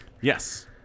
Yes